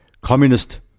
communist